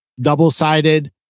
double-sided